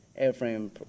airframe